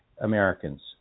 Americans